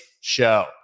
show